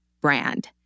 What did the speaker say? brand